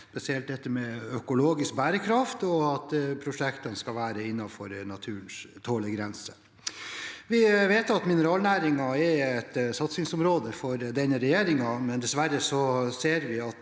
spesielt det med økologisk bærekraft og at prosjektene skal være innenfor naturens tålegrense. Vi vet at mineralnæringen er et satsingsområde for denne regjeringen, men dessverre ser vi at